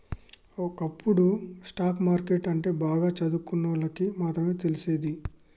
ఒకప్పుడు stock market అంటే బాగా చదువుకున్నోళ్ళకి మాత్రమే తెలిసేది